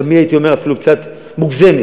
הייתי אומר שהיא אפילו קצת מוגזמת.